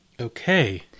Okay